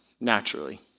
naturally